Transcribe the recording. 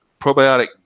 Probiotic